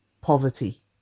poverty